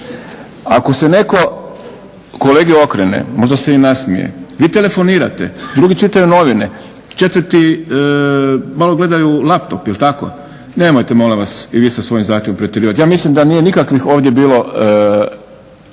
Ako se netko kolegi okrene, možda se i nasmije, vi telefonirate, drugi čitaju novine, četvrti malo gledaju laptop, jel' tako. Nemojte molim vas i vi sa svojim zahtjevom pretjerivati. Ja mislim da nije nikakvih ovdje bilo